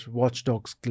watchdogs